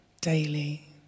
daily